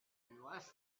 unless